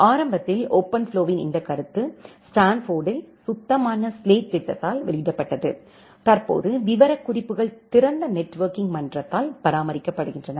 ஆரம்பத்தில் ஓபன்ஃப்ளோவின் இந்த கருத்து ஸ்டான்போர்டில் சுத்தமான சிலேட்டு திட்டத்தால் வெளியிடப்பட்டது தற்போது விவரக்குறிப்புகள் திறந்த நெட்வொர்க்கிங் மன்றத்தால் பராமரிக்கப்படுகின்றன